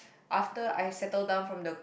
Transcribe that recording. after I settle down from the